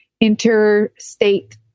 interstate